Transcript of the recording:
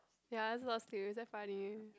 ya it's a lot of sleep damn funny